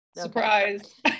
Surprise